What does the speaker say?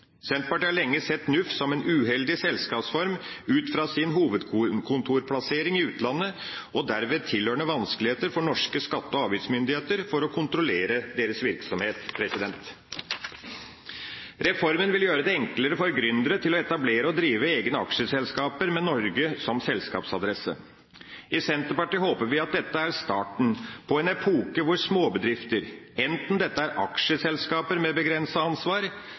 Senterpartiet har lenge sett NUF som en uheldig selskapsform ut fra sin hovedkontorplassering i utlandet, og derved tilhørende vanskeligheter for norske skatte- og avgiftsmyndigheter for å kontrollere deres virksomhet. Reformen vil gjøre det enklere for gründere å etablere og drive egne aksjeselskaper med Norge som selskapsadresse. I Senterpartiet håper vi at dette er starten på en epoke hvor småbedrifter, enten dette er aksjeselskaper med begrenset ansvar,